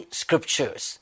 scriptures